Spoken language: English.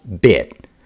bit